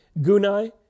Gunai